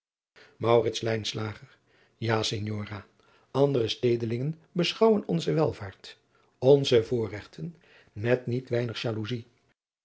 ja signora andere stedelingen beschouwen onze welvaart onze voorregten met niet weinig jaloezij